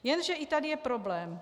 Jenže i tady je problém.